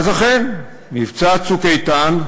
אז אכן, מבצע "צוק איתן"